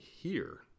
here